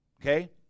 Okay